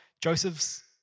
Joseph's